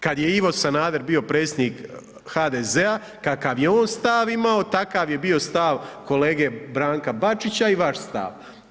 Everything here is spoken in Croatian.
Kad je Ivo Sanader bio predsjednik HDZ-a, kakav je on stav imao, takav je bio stav kolege Branka Bačića i vaš stav.